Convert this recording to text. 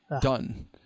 done